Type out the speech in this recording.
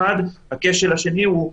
הכשל השני הוא,